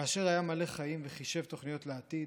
כאשר היה מלא חיים וחישב תוכניות לעתיד,